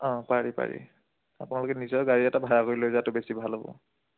অঁ পাৰি পাৰি আপোনালোকে নিজৰ গাড়ী এটা ভাড়া কৰি লৈ যোৱাটো বেছি ভাল হ'ব